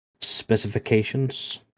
specifications